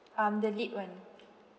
um the lit one